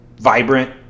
vibrant